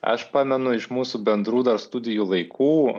aš pamenu iš mūsų bendrų dar studijų laikų